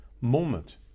moment